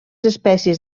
espècies